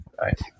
right